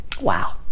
Wow